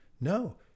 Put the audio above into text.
No